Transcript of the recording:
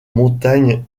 montagne